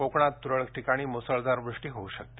कोकणात तुरळक ठिकाणी मुसळधार वृष्टि होऊ शकते